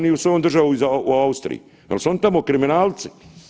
ni svojoj državi u Austriji jer su oni tamo kriminalci.